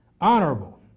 Honorable